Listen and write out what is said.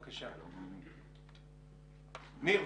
ניר,